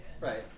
Right